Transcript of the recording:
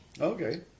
Okay